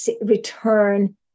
return